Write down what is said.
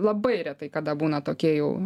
labai retai kada būna tokie jau